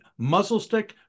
muzzlestick